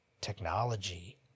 technology